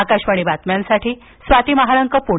आकाशवाणी बातम्यांसाठी स्वाती महालळंक पुणे